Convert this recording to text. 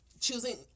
choosing